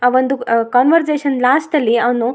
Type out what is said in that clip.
ಆ ಒಂದು ಕಾನ್ವರ್ಜೇಷನ್ ಲಾಸ್ಟಲ್ಲಿ ಅವನು